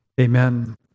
Amen